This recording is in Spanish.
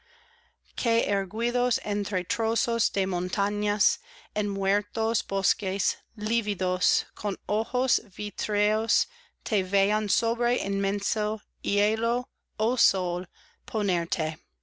que erguidos entre trozos de montañas en muertos bosques lívidos con ojos vitreos te vean sobre inmenso hielo oh sol